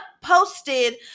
posted